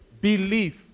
believe